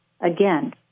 again